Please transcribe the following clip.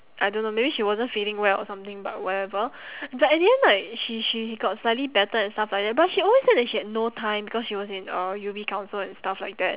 I don't know maybe she wasn't feeling well or something but whatever but at the end like she she got slightly better and stuff like that but she always said that she had no time because she was in uh U_B council and stuff like that